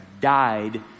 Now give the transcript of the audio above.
died